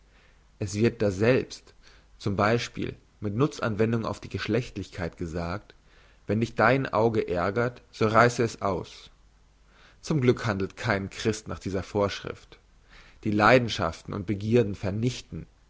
es wird daselbst zum beispiel mit nutzanwendung auf die geschlechtlichkeit gesagt wenn dich dein auge ärgert so reisse es aus zum glück handelt kein christ nach dieser vorschrift die leidenschaften und begierden vernichten